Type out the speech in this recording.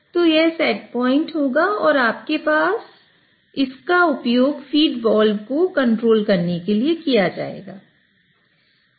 तो यह set point होगा और इसका उपयोग फीड वाल्व को कंट्रोल करने के लिए किया जाएगा